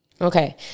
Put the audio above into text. Okay